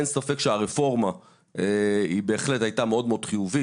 אין ספק שהרפורמה בהחלט הייתה מאוד מאוד חיובית.